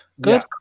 Good